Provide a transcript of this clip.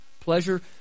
pleasure